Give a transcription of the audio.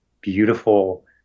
beautiful